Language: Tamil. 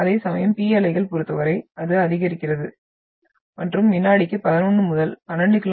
அதேசமயம் P அலைகளைப் பொறுத்தவரை அது அதிகரிக்கிறது மற்றும் வினாடிக்கு 11 முதல் 12 கி